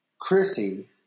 Chrissy